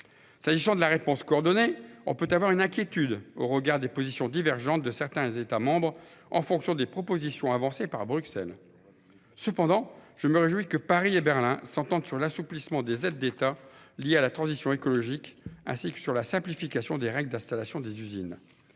qui est de la réponse coordonnée, on peut avoir une inquiétude au regard des positions divergentes de certains États membres en fonction des propositions avancées par Bruxelles. Cependant, je me réjouis que Paris et Berlin s'entendent sur l'assouplissement des aides d'État liées à la transition écologique, ainsi que sur la simplification des règles d'installation des usines.